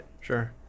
Sure